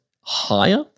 higher